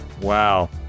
Wow